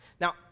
Now